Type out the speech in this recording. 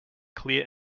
clear